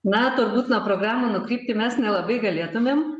na turbūt nuo programų nukrypti mes nelabai galėtumėm